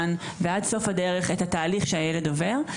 הראשון ועד סוף הדרך את התהליך שהילד עובר.